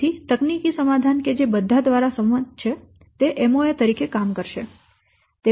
તેથી તકનીકી સમાધાન કે જે બધા દ્વારા સંમત છે તે MoA તરીકે કામ કરશે